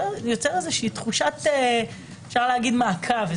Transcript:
יוצר תחושת מעקב,